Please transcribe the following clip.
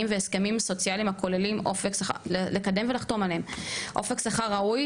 והסכמים סוציאליים הכוללים אופק שכר ראוי.